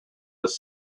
was